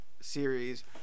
series